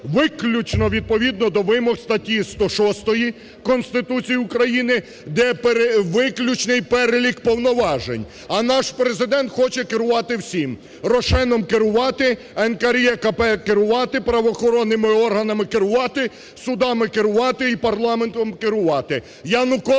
виключно відповідно до вимог статті 106 Конституції України, де виключний перелік повноважень. А наш Президент хоче керувати всім: "ROSHEN" керувати, НКРЕКП керувати, правоохоронними органами керувати, судами керувати і парламентом керувати. Янукович